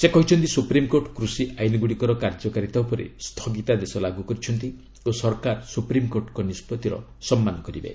ସେ କହିଛନ୍ତି ସୁପ୍ରିମକୋର୍ଟ କୃଷି ଆଇନ୍ଗୁଡ଼ିକର କାର୍ଯ୍ୟକାରୀତା ଉପରେ ସ୍ଥଗିତାଦେଶ ଲାଗୁ କରିଛନ୍ତି ଓ ସରକାର ସୁପ୍ରିମକୋର୍ଟଙ୍କ ନିଷ୍ପଭିର ସମ୍ମାନ କରିବେ